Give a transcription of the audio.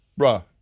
Bruh